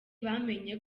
bamenye